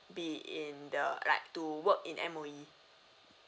be in the like to work in M_O_E